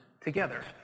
together